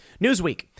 Newsweek